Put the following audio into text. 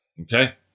okay